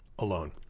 alone